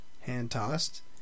hand-tossed